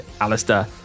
Alistair